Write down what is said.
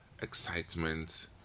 excitement